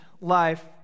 life